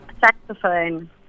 saxophone